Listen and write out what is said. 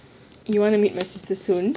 you want to meet my sister soon